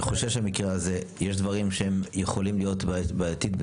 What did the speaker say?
אני חושב שבמקרה הזה יש דברים שהם יכולים להיות מתוקנים.